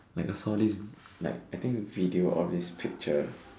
like I've all these like I think video of this picture